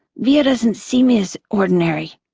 via doesn't see me as ordinary.